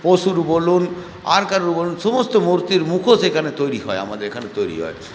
পশুর বলুন আর কারো বলুন সমস্ত মূর্তির মুখোশ এখানে তৈরি হয় আমাদের এখানে তৈরি হয়